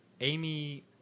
Amy